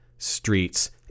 streets